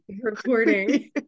recording